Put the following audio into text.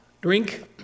drink